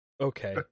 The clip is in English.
Okay